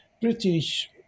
British